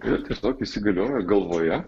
ir tiesiog įsigalioja galvoje